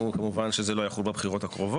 נראית שמביאה לאחוז חסימה מאוד